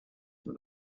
from